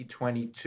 2022